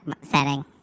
setting